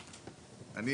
הזה?